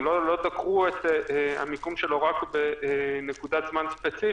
כלומר לא 'תקעו' את המיקום שלו רק בנקודת זמן ספציפית